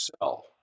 sell